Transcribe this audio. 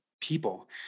people